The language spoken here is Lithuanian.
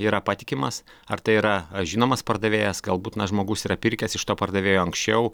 yra patikimas ar tai yra žinomas pardavėjas galbūt na žmogus yra pirkęs iš to pardavėjo anksčiau